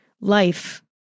life